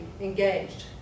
engaged